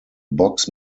box